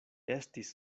estis